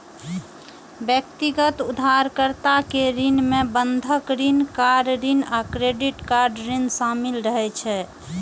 व्यक्तिगत उधारकर्ता के ऋण मे बंधक ऋण, कार ऋण आ क्रेडिट कार्ड ऋण शामिल रहै छै